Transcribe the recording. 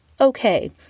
Okay